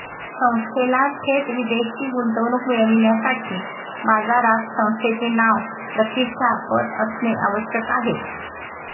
संस्थेला थेट विदेशी गुंतवणूक मिळविण्यासाठी बाजारात संस्थेचे नाव, प्रतिष्ठा, पत असणे आवश्यक आहे